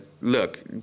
look